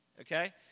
okay